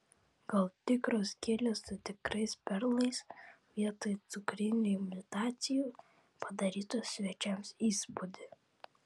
gal tikros gėlės su tikrais perlais vietoj cukrinių imitacijų padarytų svečiams įspūdį